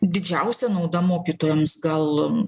didžiausia nauda mokytojams gal